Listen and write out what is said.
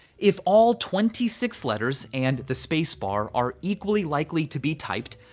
if all twenty six letters and the spacebar are equally likely to be typed,